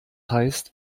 heißt